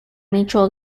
mutual